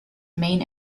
main